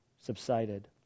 subsided